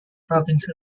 province